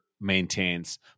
maintains